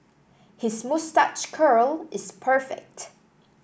his moustache curl is perfect